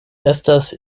estas